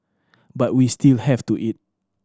but we still have to eat